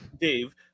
dave